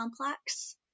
complex